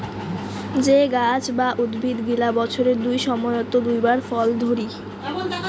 যে গাছ বা উদ্ভিদ গিলা বছরের দুই সময়ত দুই বার ফল ধরি